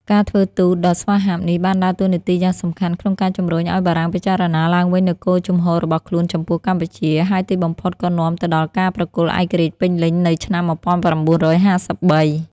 ការធ្វើទូតដ៏ស្វាហាប់នេះបានដើរតួនាទីយ៉ាងសំខាន់ក្នុងការជំរុញឱ្យបារាំងពិចារណាឡើងវិញនូវគោលជំហររបស់ខ្លួនចំពោះកម្ពុជា ហើយទីបំផុតក៏នាំទៅដល់ការប្រគល់ឯករាជ្យពេញលេញនៅឆ្នាំ១៩៥៣។